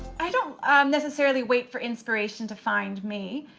i don't necessarily wait for inspiration to find me,